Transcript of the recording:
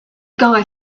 guy